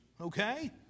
okay